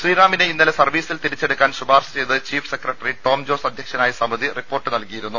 ശ്രീറാമിനെ ഇന്നലെ സർവ്വീസിൽ തിരിച്ചെടുക്കാൻ ശുപാർശ ചെയ്ത് ചീഫ് സെക്രട്ടറി ടോം ജോസ് അധ്യക്ഷനായ സമിതി റിപ്പോർട്ട് നൽകിയിരുന്നു